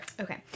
Okay